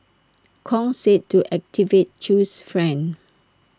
Kong said to activate chew's friend